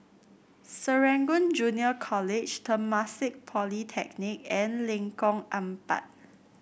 Serangoon Junior College Temasek Polytechnic and Lengkong Empat